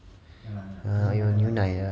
有牛奶